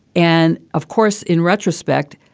and of course, in retrospect,